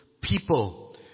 people